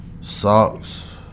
socks